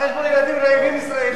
על חשבון ילדים רעבים ישראלים.